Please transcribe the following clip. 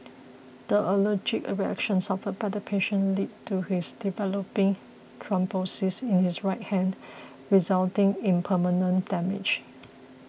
the allergic reaction suffered by the patient led to his developing thrombosis in his right hand resulting in permanent damage